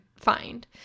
find